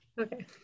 okay